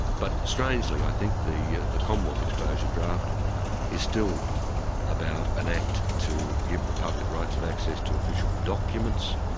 but strangely i think, the ah the commonwealth exposure draft is still about an act act to give the public rights of access to official documents.